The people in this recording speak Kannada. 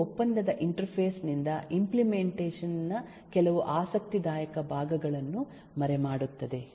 ಇದು ಒಪ್ಪಂದದ ಇಂಟರ್ಫೇಸ್ ನಿಂದ ಇಂಪ್ಲೆಮೆಂಟೇಷನ್ ನ ಕೆಲವು ಆಸಕ್ತಿದಾಯಕ ಭಾಗಗಳನ್ನು ಮರೆಮಾಡುತ್ತದೆ